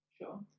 Sure